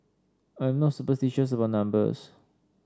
I'm not superstitious about numbers